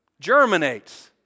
Germinates